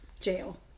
jail